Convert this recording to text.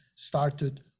started